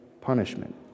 punishment